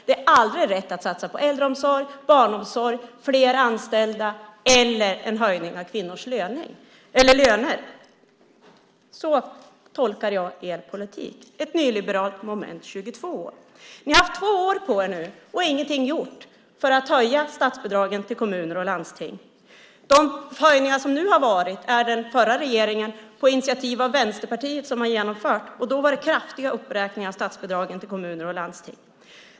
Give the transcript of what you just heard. Det är aldrig rätt att satsa på äldreomsorg, barnomsorg, fler anställda eller en höjning av kvinnors löner. Så tolkar jag er politik: ett nyliberalt moment 22. Ni har haft två år på er nu men ingenting gjort för att höja statsbidragen till kommuner och landsting. De höjningar som har skett var det den förra regeringen som genomförde, på initiativ av Vänsterpartiet. Då var det kraftiga uppräkningar av statsbidragen till kommuner och landsting.